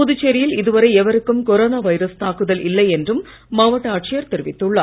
புதுச்சேரியில் இதுவரை எவருக்கும் கொரோனா வைரஸ் தாக்குதல் இல்லை என்றும் மாவட்ட ஆட்சியர் தெரிவித்துள்ளார்